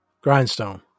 Grindstone